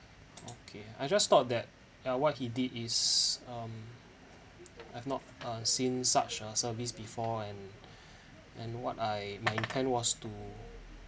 okay I just thought that ya what he did is um I've not uh seen such a service before and and what I my intent was to